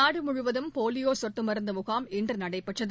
நாடு முழுவதும் போலியோ சொட்டு மருந்து முகாம் இன்று நடைபெற்றது